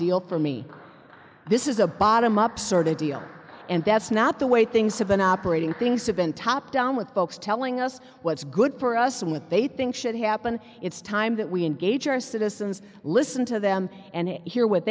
deal for me this is a bottom up sort of deal and that's not the way things have been operating things have been top down with folks telling us what's good for us and with they think should happen it's time that we engage our citizens listen to them and hear what